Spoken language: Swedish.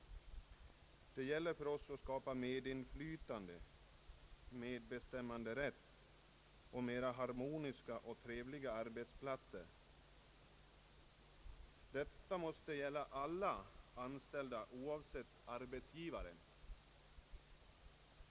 Det gäller för oss att skapa medinflytande, medbestämmanderätt och mera harmoniska och trevliga arbetsplatser. Detta måste gälla alla anställda oavsett arbetsgivare.